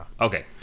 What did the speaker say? Okay